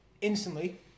instantly